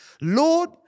Lord